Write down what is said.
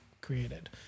created